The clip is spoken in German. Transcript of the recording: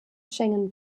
schengen